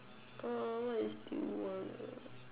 uh what is due one uh